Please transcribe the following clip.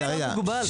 ההיצע מוגבל.